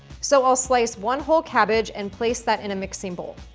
so i'll slice one whole cabbage and place that in a mixing bowl.